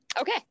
Okay